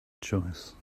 choice